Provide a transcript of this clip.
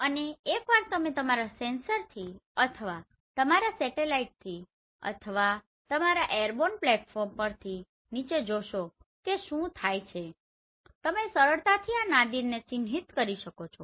અને એકવાર તમે તમારા સેન્સરથી અથવા તમારા સેટેલાઇટથી અથવા તમારા એરબોર્ન પ્લેટફોર્મ પરથી નીચે જોશો કે શું થાય છે તમે સરળતાથી આ નાદિરને ચિહ્નિત કરી શકો છો